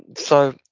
so,